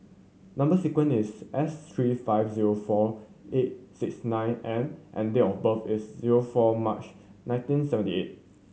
number sequence is S three five zero four eight six nine M and date of birth is zero four March nineteen seventy eight